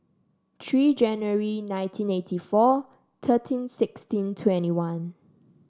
three January nineteen eighty four thirteen sixteen twenty one